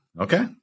Okay